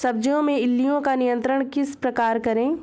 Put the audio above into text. सब्जियों में इल्लियो का नियंत्रण किस प्रकार करें?